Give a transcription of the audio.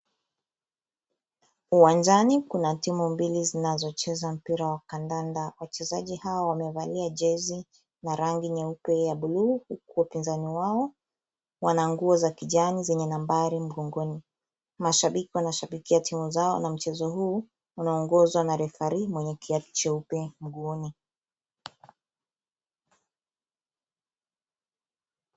Uwanjani kuna timu mbili zinazocheza mpira wa kandanda. Wachezaji hao wamevalia jezi na rangi nyeupe ya bluu huku wapinzani wao, wana nguo za kijani zenye nambari mgongoni. Mashabiki wanashabikia timu zao na mchezo huu unaongozwa na referee mwenye kiatu cheupe mguuni.